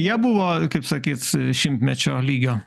jie buvo kaip sakyt šimtmečio lygio